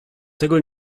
tego